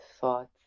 thoughts